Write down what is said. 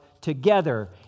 together